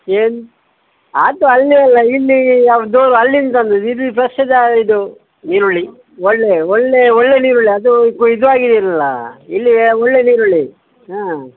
ಏನು ಆದ ಅಲ್ಲೇ ಇಲ್ಲಿ ಯಾವ್ದಾದ್ರು ಅಲ್ಲಿಂದ ತಂದದ್ದು ಇದು ಫ್ರೆಶ್ ಅದ ಇದು ಈರುಳ್ಳಿ ಒಳ್ಳೆ ಒಳ್ಳೆ ಒಳ್ಳೆ ಈರುಳ್ಳಿ ಅದು ಇದಾಗಿಲ್ಲ ಇಲ್ಲೇ ಒಳ್ಳೇದು ಈರುಳ್ಳಿ ಹಾಂ